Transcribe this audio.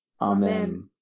Amen